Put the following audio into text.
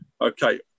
Okay